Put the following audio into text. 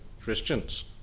Christians